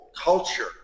culture